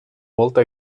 molta